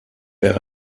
wäre